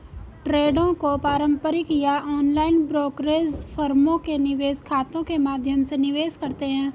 ट्रेडों को पारंपरिक या ऑनलाइन ब्रोकरेज फर्मों के निवेश खातों के माध्यम से निवेश करते है